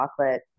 chocolate